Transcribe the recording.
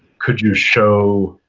could you show